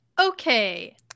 okay